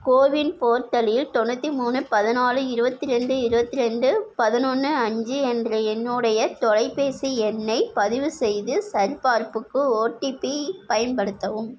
CoWIN போர்ட்டலில் தொண்ணூற்றி மூணு பதிநாலு இருபத்தி ரெண்டு இருபத்தி ரெண்டு பதினொன்னு அஞ்சு என்ற என்னுடைய தொலைபேசி எண்ணைப் பதிவு செய்து சரிபார்ப்புக்கு ஓடிபி பயன்படுத்தவும்